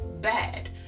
bad